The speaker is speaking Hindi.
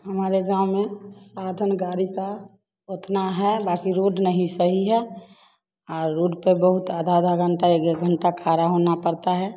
हमारे गाँव में साधन गाड़ी का उतना है बाकी रोड नहीं सही है और रोड पर बहुत आधा आधा घंटा एक एक घंटा खड़ा होना पड़ता है